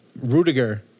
Rudiger